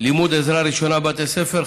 לימוד עזרה ראשונה בבתי ספר,